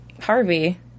Harvey